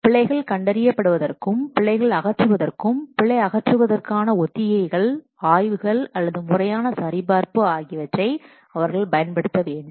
பிழைகள் கண்டறியப்படுவதற்கும் பிழைகள் அகற்றுவதற்கும் பிழை அகற்றுவதற்கான ஒத்திகைகள் ஆய்வுகள் அல்லது முறையான சரிபார்ப்பு ஆகியவற்றை அவர்கள் பயன்படுத்த வேண்டும்